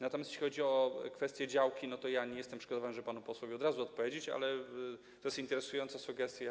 Natomiast jeśli chodzi o kwestię działki, to ja nie jestem przygotowany, żeby panu posłowi od razu odpowiedzieć, ale to jest interesująca sugestia.